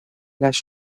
las